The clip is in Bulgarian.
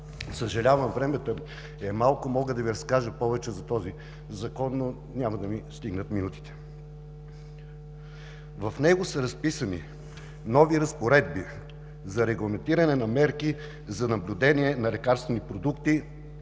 Съжалявам, времето е малко – мога да Ви разкажа повече за този закон, но няма да ми стигнат минутите. В Законопроекта са разписани нови разпоредби за регламентиране на мерки за наблюдение на лекарствени продукти,